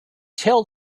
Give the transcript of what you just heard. tell